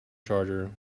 charger